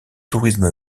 tourisme